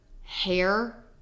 hair